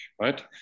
right